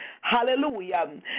hallelujah